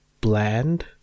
bland